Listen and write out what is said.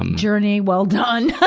um journey well done.